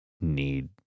need